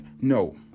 No